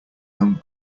own